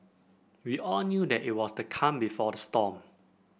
we all knew that it was the calm before the storm